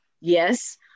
Yes